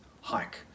hike